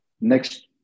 Next